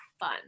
fun